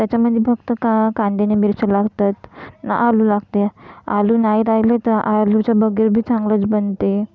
त्याच्यामध्ये फक्त का कांदे आणि मिरच्या लागतात आणि आलू लागते आलू नाही राहिले तर आलूच्या बगेर पण चांगलंच बनते